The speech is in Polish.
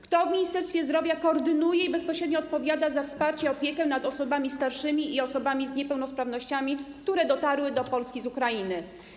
Kto w Ministerstwie Zdrowia koordynuje i bezpośrednio odpowiada za to wsparcie i opiekę nad osobami starszymi i osobami z niepełnosprawnościami, które dotarły do Polski z Ukrainy?